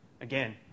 Again